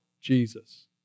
Jesus